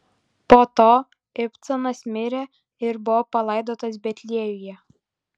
po to ibcanas mirė ir buvo palaidotas betliejuje